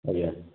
ଆଜ୍ଞା